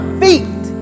feet